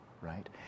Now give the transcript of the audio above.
right